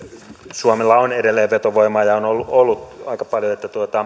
suomella on edelleen vetovoimaa ja on ollut ollut aika paljon